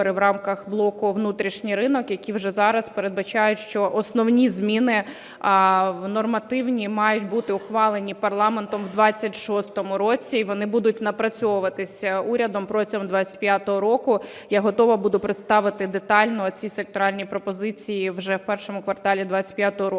вони будуть напрацьовуватись урядом протягом 25-го року. Я готова буду представити детально ці секторальні пропозиції вже в першому кварталі 25-го року.